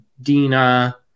Dina